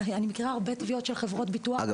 אני מכירה הרבה תביעות של חברות ביטוח --- אגב,